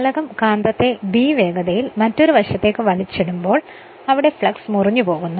ചാലകം കാന്തത്തെ B വേഗതയിൽ മറ്റൊരു വശത്തേക്ക് വലിച്ചിടുമ്പോൾ അവിടെ ഫ്ളക്സ് മുറിഞ്ഞു പോകുന്നു